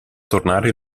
tornare